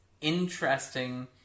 interesting